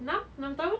enam enam tahun